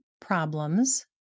problems